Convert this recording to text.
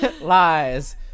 lies